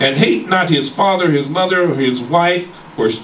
and hate not his father his mother his wife or